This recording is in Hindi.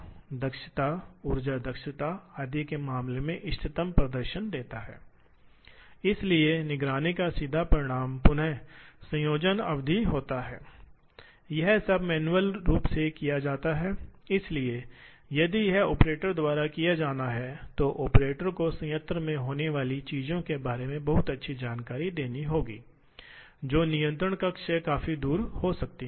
इसलिए डाउनटाइम कम हो जाता है क्योंकि ये मशीनें बहुत अच्छी तरह से बनाई गई हैं उनकी इंजीनियरिंग बहुत मजबूत है दूसरी तरफ नुकसान यह है कि इन मशीनों के संचालन और रखरखाव के लिए बहुत ही कुशल ऑपरेटर की आवश्यकता होती है न केवल ऑपरेशन में कुशल बल्कि विभिन्न अन्य में प्रौद्योगिकियों के प्रकार उदाहरण के लिए भाग कार्यक्रम लेखन वगैरह उन्हें कुशल ऑपरेटरों की आवश्यकता हो सकती है